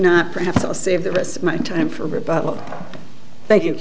not perhaps i'll save the rest of my time for